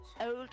Old